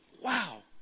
Wow